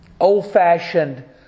old-fashioned